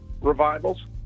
revivals